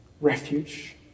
refuge